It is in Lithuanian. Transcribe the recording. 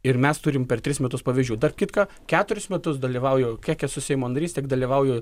ir mes turim per tris metus pavyzdžių tarp kitko keturis metus dalyvauju kiek esu seimo narys tiek dalyvauju